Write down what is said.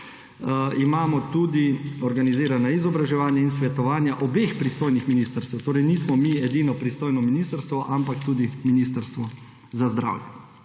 Imamo tudi organizirana izobraževanja in svetovanja obeh pristojnih ministrstev, torej nismo mi edino pristojno ministrstvo, ampak tudi Ministrstvo za zdravje.